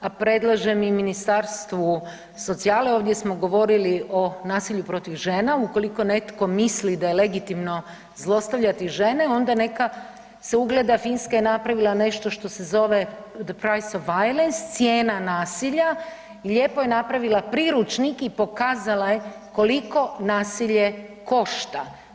A predlažem i Ministarstvu socijale ovdje smo govorili o nasilju protiv žena, ukoliko netko misli da je legitimno zlostavljati žene onda neka se ugleda Finska je napravila nešto što se zove „The price of violence“ (cijena nasilja) i lijepo je napravila priručnik i pokazala je koliko nasilje košta.